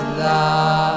love